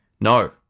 no